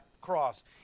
cross